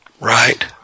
Right